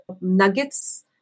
nuggets